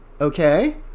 Okay